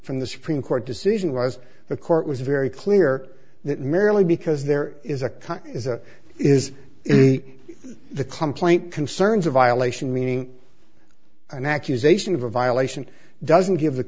from the supreme court decision was the court was very clear that merely because there is a cut is a is the complaint concerns a violation meaning an accusation of a violation doesn't give